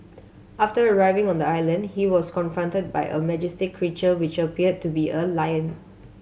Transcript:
after arriving on the island he was confronted by a majestic creature which appeared to be a lion